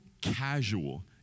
casual